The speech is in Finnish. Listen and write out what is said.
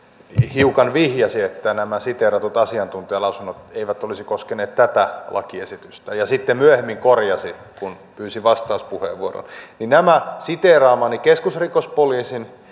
hiukan vihjasi että nämä siteeratut asiantuntijalausunnot eivät olisi koskeneet tätä lakiesitystä ja sitten myöhemmin korjasi kun pyysin vastauspuheenvuoron nämä siteeraamani keskusrikospoliisin